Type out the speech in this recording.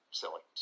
silly